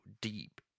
deep